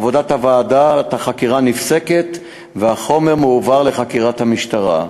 עבודת ועדת החקירה נפסקת והחומר מועבר לחקירת המשטרה.